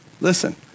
Listen